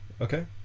Okay